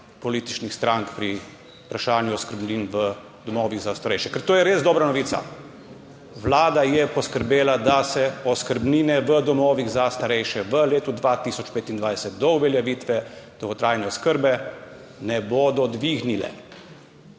političnih strank pri vprašanju oskrbnin v domovih za starejše, ker je to res dobra novica. Vlada je poskrbela, da se oskrbnine v domovih za starejše v letu 2025 do uveljavitve dolgotrajne oskrbe ne bodo dvignile,